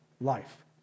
life